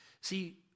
See